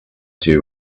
two